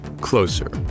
closer